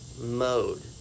mode